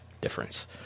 difference